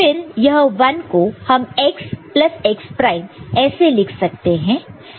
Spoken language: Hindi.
फिर यह 1 को हम x प्लस x प्राइम ऐसे लिख सकते हैं